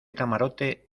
camarote